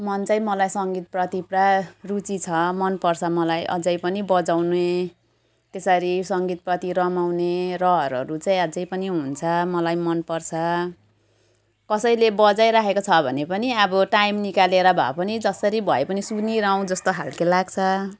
मन चाहिँ मलाई सङ्गीतप्रति पुरा रुचि छ मन पर्छ मलाई अझै पनि बजाउने त्यसरी सङ्गीतप्रति रमाउने रहरहरू चाहिँ अझै पनि हुन्छ मलाई मन पर्छ कसैले बजाइराखेको छ भने पनि अब टाइम निकालेर भए पनि जसरी भए पनि सुनिरहूँ जस्तो खालको लाग्छ